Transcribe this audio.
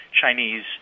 Chinese